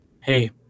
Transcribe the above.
hey